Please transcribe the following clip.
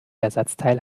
ersatzteil